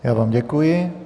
Já vám děkuji.